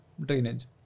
drainage